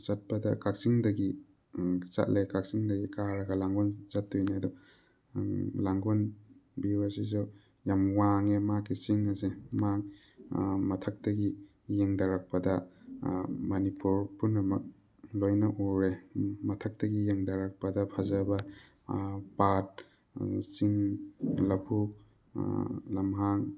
ꯆꯠꯄꯗ ꯀꯥꯛꯆꯤꯡꯗꯒꯤ ꯆꯠꯂꯦ ꯀꯥꯛꯆꯤꯡꯗꯒꯤ ꯀꯥꯔꯒ ꯂꯥꯡꯒꯣꯜ ꯆꯠꯇꯣꯏꯅꯦ ꯑꯗꯣ ꯂꯥꯡꯒꯣꯜ ꯚ꯭ꯌꯨ ꯑꯁꯤꯁꯨ ꯌꯥꯝ ꯋꯥꯡꯉꯦ ꯃꯥꯒꯤ ꯆꯤꯡ ꯑꯁꯦ ꯃꯥ ꯃꯊꯛꯇꯒꯤ ꯌꯦꯡꯊꯔꯛꯄꯗ ꯃꯅꯤꯄꯨꯔ ꯄꯨꯝꯅꯃꯛ ꯂꯣꯏꯅ ꯎꯔꯦ ꯃꯊꯛꯇꯒꯤ ꯌꯦꯡꯊꯔꯛꯄꯗ ꯐꯖꯕ ꯄꯥꯠ ꯆꯤꯡ ꯂꯕꯨꯛ ꯂꯝꯍꯥꯡ